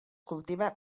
cultiva